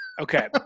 Okay